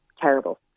terrible